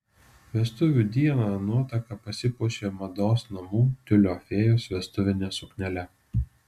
vestuvių dieną nuotaka pasipuošė mados namų tiulio fėjos vestuvine suknele